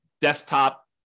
desktop